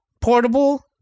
portable